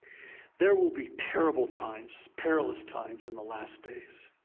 there will be terrible times, perilous times, in the last days,